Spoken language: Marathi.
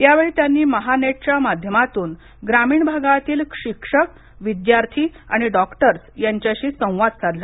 यावेळी त्यांनी महानेटच्या माध्यमातून ग्रामीण भागातील शिक्षक विद्यार्थी डॉक्टर्स यांच्याशी संवाद साधला